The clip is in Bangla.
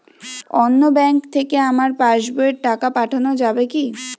অন্য ব্যাঙ্ক থেকে আমার পাশবইয়ে টাকা পাঠানো যাবে কি?